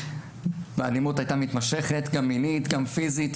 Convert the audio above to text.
האלימות הייתה מתמשכת, גם מינית, גם פיזית.